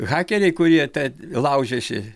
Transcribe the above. hakeriai kurie te laužiasi